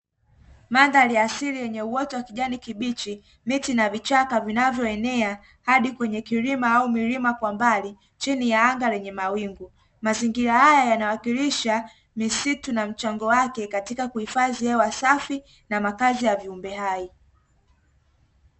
Mandhari asili yenye uoto wa kijani kibichi, miti na vichaka vinavyoenea hadi kwenye kilima au milima kwa mbali chini ya anga lenye mawingu, mazingira haya yanawakilisha misitu na mchango wake katika kuhifadhi hewa safi na makazi ya viumbe hai.